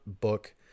book